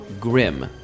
grim